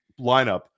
lineup